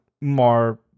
more